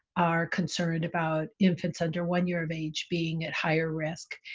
are concerned about infants under one year of age being at higher risk.